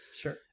Sure